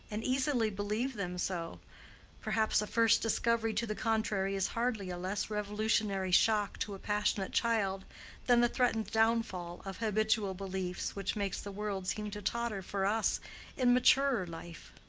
and easily believe them so perhaps a first discovery to the contrary is hardly a less revolutionary shock to a passionate child than the threatened downfall of habitual beliefs which makes the world seem to totter for us in maturer life.